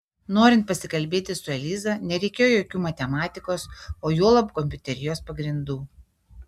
norint pasikalbėti su eliza nereikėjo jokių matematikos o juolab kompiuterijos pagrindų